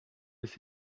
ist